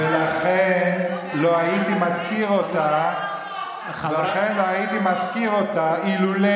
ולכן, לא הייתי מזכיר אותה אילולא,